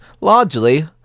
largely